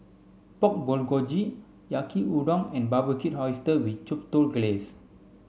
Pork Bulgogi Yaki udon and Barbecued Oysters with Chipotle Glaze